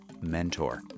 mentor